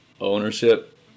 ownership